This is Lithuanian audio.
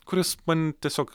kuris man tiesiog